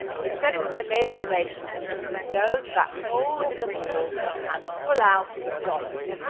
he said it was an amazing innovation because you could go to that hole in the wall and pull out dollars.